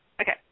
Okay